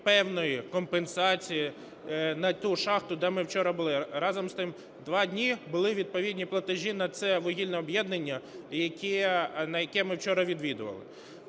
певної компенсації на ту шахту, де ми вчора були. Разом з тим, два були відповідні платежі на це вугільне об'єднання, яке ми вчора відвідували.